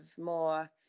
more